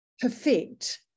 perfect